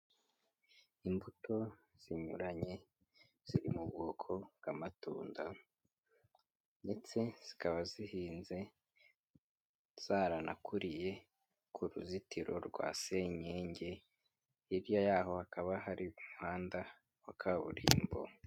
Imbuto zinyuranye ziri mu bwoko bw'amatunda ndetse zikaba zihinze, zaranakuriye ku ruzitiro rwa senyenge, hirya yaho hakaba hari umuhanda wa kaburimbo.